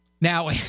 Now